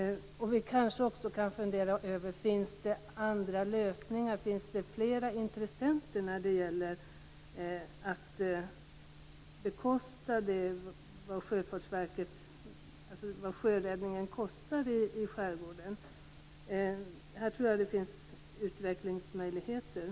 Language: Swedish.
Vi kan kanske också fundera över om det finns andra lösningar, om det finns flera intressenter när det gäller att bekosta sjöräddningen i skärgården. Jag tror att det finns utvecklingsmöjligheter.